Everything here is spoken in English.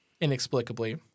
inexplicably